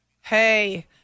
Hey